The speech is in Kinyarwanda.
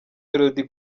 melody